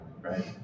right